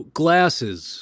glasses